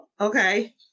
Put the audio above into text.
Okay